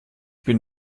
bin